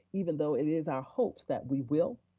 even though it is our hopes that we will,